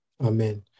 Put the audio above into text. Amen